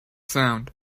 sound